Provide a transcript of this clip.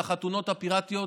על החתונות הפיראטיות,